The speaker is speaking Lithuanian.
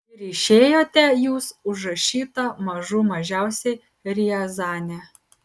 ir išėjote jūs užrašyta mažų mažiausiai riazanė